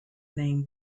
named